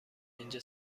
اینجا